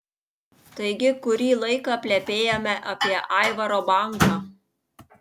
taigi kurį laiką plepėjome apie aivaro banką